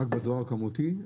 רק בדואר הכמותי?